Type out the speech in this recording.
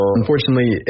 unfortunately